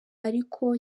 ariko